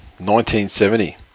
1970